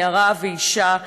נערה ואישה.